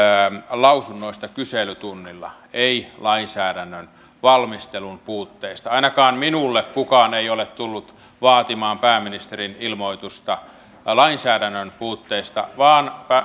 lausunnoista kyselytunnilla ei lainsäädännön valmistelun puutteista ainakaan minulta kukaan ei ole tullut vaatimaan pääministerin ilmoitusta lainsäädännön puutteista vaan